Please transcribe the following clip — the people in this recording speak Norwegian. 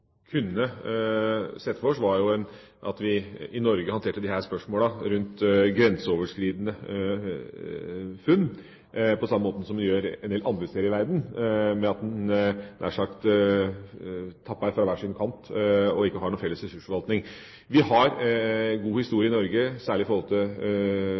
i Norge håndterte disse spørsmålene om grenseoverskridende funn på samme måten som de gjør en del andre steder i verden: at en nær sagt tapper fra hver sin kant og ikke har noen felles ressursforvaltning. Vi har god